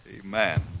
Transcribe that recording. Amen